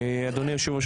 אדוני היושב-ראש,